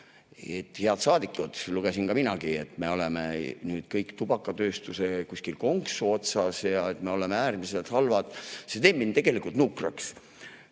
Head saadikud! Lugesin minagi, et me oleme nüüd kõik tubakatööstuse konksu otsas ja et me oleme äärmiselt halvad. See teeb mind tegelikult nukraks.